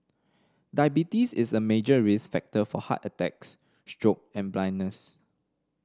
diabetes is a major risk factor for heart attacks stroke and blindness